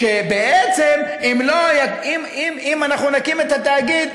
שבעצם אם אנחנו נקים את התאגיד,